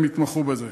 והם התמחו בזה.